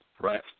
Right